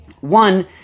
One –